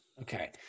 Okay